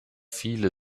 viele